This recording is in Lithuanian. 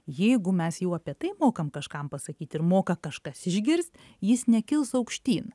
jeigu mes jau apie tai mokam kažkam pasakyt ir moka kažkas išgirst jis nekils aukštyn